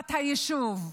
בסביבת היישוב.